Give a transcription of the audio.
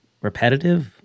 repetitive